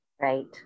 Right